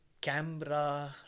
camera